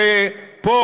הרי פה,